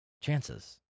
chances